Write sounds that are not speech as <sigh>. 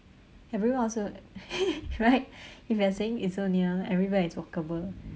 everywhere also <laughs> right if you're saying it's so near everywhere is walkable